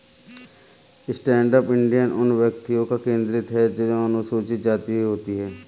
stand up India उन व्यक्तियों पर केंद्रित है जो अनुसूचित जाति होती है